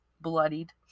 bloodied